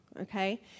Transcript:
Okay